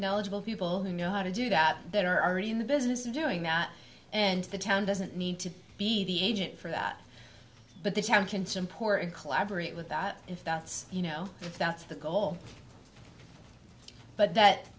knowledgeable people who know how to do that that are already in the business of doing that and the town doesn't need to be the agent for that but the town can support and collaborate with that if that's you know if that's the goal but that